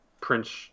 prince